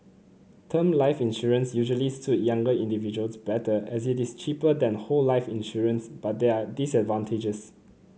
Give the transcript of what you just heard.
term life insurance usually suit younger individuals better as it is cheaper than whole life insurance but there are disadvantages